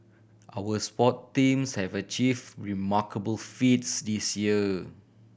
our sport teams have achieve remarkable feats this year